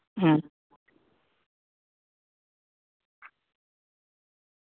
હમ